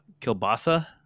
kielbasa